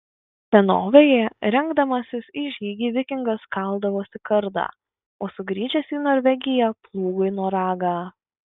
senovėje rengdamasis į žygį vikingas kaldavosi kardą o sugrįžęs į norvegiją plūgui noragą